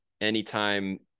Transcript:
anytime